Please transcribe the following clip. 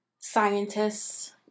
Scientists